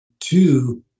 two